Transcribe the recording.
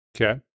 Okay